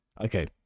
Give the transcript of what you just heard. Okay